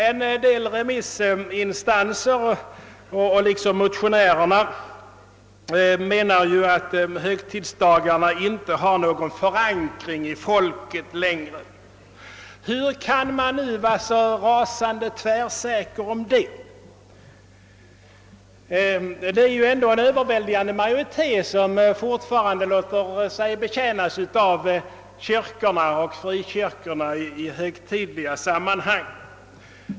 En del remissinstanser menar liksom motionärerna att högtidsdagarna inte längre har någon förankring hos folket. Hur kan man vara så tvärsäker på det? En överväldigande majoritet låter sig dock fortfarande betjänas av kyrkorna och frikyrkorna i högtidliga sammanhang.